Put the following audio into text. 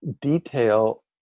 detail